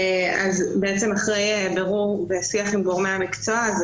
אחרי בירור ושיח עם גורמי המקצוע,